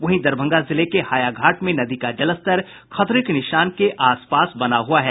वहीं दरभंगा जिले के हायाघाट में नदी का जलस्तर खतरे के निशान के आसपास बना हुआ है